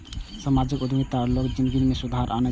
सामाजिक उद्यमिता लोगक जिनगी मे सुधार आनै छै